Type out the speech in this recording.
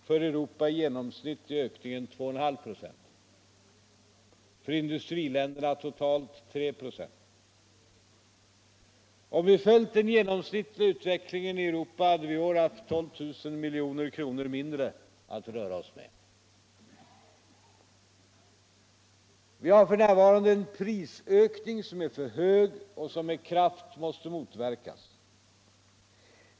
För Europa i genomsnitt är ökningen 2,5 96, för industriländerna totalt 3 26. Om vi följt den genomsnittliga utvecklingen i Europa hade vi i år haft 12 000 milj.kr. mindre att röra oss med. Vi har f.n. en prisökning som är för hög och som med kraft måste motarbetas.